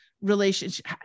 relationship